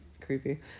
creepy